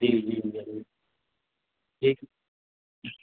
جی جی ضرور ٹھیک